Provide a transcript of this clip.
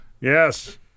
Yes